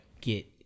get